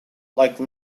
like